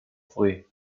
free